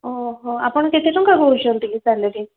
ଓହୋ ଆପଣ କେତେ ଟଙ୍କା କହୁଛନ୍ତି କି ସାଲାରି